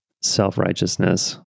self-righteousness